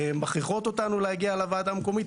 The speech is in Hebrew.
מכריחות אותנו להגיע לוועדה המקומית,